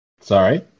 Sorry